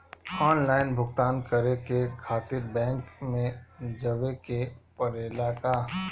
Online भुगतान करे के खातिर बैंक मे जवे के पड़ेला का?